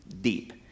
deep